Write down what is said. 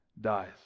dies